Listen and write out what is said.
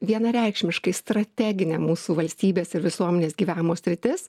vienareikšmiškai strateginė mūsų valstybės ir visuomenės gyvenimo sritis